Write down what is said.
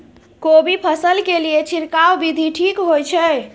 कोबी फसल के लिए छिरकाव विधी ठीक होय छै?